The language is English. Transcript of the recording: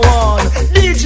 one